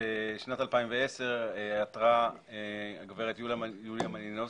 בשנת 2010 עתרה הגברת יוליה מלינובסקי,